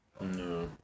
No